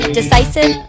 decisive